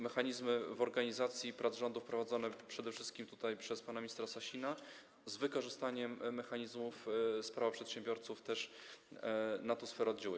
Mechanizmy w organizacji prac rządu, wprowadzone przede wszystkim przez pana ministra Sasina, z wykorzystaniem mechanizmów z Prawa przedsiębiorców, też na tę sferę oddziałują.